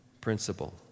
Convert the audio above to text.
principle